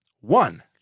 One